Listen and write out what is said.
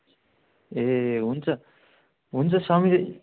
ए हुन्छ हुन्छ समीर